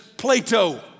Plato